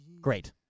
Great